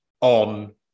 on